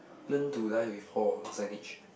learn to dive with Paul signage